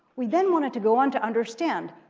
we then wanted to go on to understand,